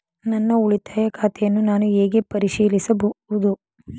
ನನ್ನ ಉಳಿತಾಯ ಖಾತೆಯನ್ನು ನಾನು ಹೇಗೆ ಪರಿಶೀಲಿಸುವುದು?